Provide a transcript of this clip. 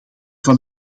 van